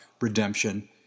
redemption